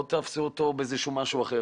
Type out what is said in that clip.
לא על משהו אחר